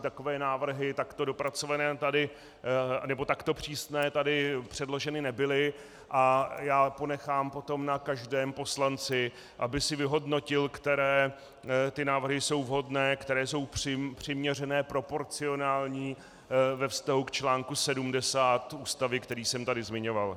Takové návrhy takto dopracované tady... nebo takto přísné tady předloženy nebyly a já ponechám potom na každém poslanci, aby si vyhodnotil, které návrhy jsou vhodné, které jsou přiměřené, proporcionální ve vztahu k článku 70 Ústavy, který jsem tady zmiňoval.